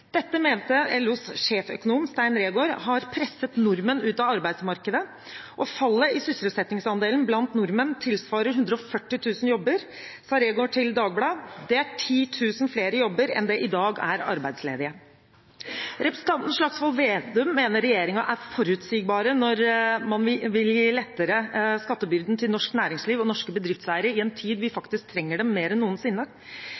Dette mener LOs sjefsøkonom, Stein Reegård, har presset nordmenn ut av arbeidsmarkedet, og fallet i sysselsettingsandelen blant nordmenn tilsvarer 140 000 jobber, sa Reegård til Dagbladet. Det er 10 000 flere jobber enn det i dag er arbeidsledige. Representanten Slagsvold Vedum mener regjeringen er forutsigbar når man vil lette skattebyrden til norsk næringsliv og norske bedriftseiere, i en tid da vi faktisk trenger dem mer enn noensinne